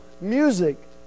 music